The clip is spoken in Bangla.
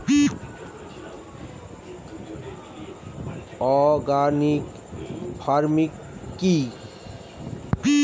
অর্গানিক ফার্মিং কি?